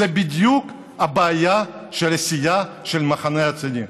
זאת בדיוק הבעיה של הסיעה של המחנה הציוני.